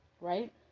Right